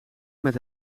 met